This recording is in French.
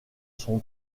son